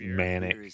manic